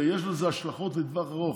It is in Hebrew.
ויש לזה השלכות לטווח ארוך,